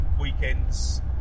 weekends